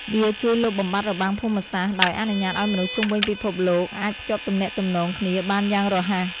វាជួយលុបបំបាត់របាំងភូមិសាស្ត្រ ដោយអនុញ្ញាតឱ្យមនុស្សជុំវិញពិភពលោកអាចភ្ជាប់ទំនាក់ទំនងគ្នាបានយ៉ាងរហ័ស។